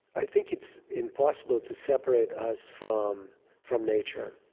i think it's impossible to separate us from from nature.